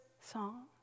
song